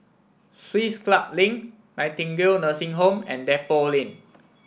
Swiss Club Link Nightingale Nursing Home and Depot Lane